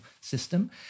system